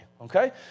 okay